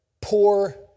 poor